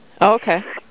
Okay